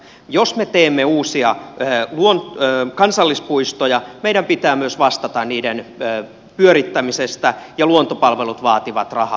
jos me teemme uusia kansallispuistoja meidän pitää myös vastata niiden pyörittämisestä ja luontopalvelut vaativat rahaa